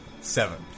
Seven